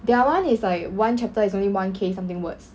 their [one] is like one chapter is only one K something words